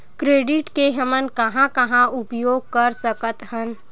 Credit के हमन कहां कहा उपयोग कर सकत हन?